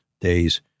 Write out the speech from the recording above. days